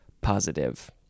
positive